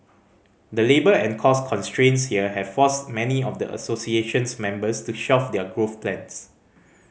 the labour and cost constraints here have forced many of the association's members to shelf their growth plans